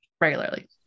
regularly